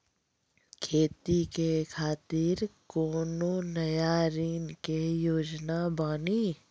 खेती के खातिर कोनो नया ऋण के योजना बानी?